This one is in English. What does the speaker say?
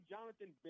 Jonathan